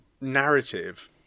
narrative